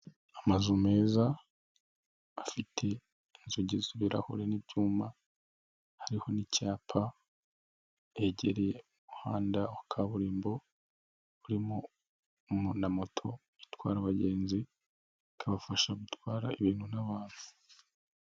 Amazu meza afite inzugi z'ibirahure n'ibyuma hariho n'icyapa, yegereye umuhanda wa kaburimbo urimo na moto utwara abagenzi ikabafasha gutwara ibintu n'abantu.